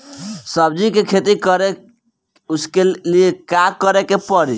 सब्जी की खेती करें उसके लिए का करिके पड़ी?